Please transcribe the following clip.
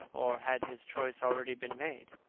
or had his choice already been made?